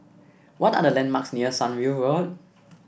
what are the landmarks near Sunview Road